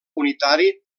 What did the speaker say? unitari